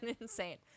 insane